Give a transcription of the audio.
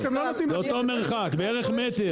זה אותו המרחק בערך מטר,